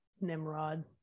Nimrod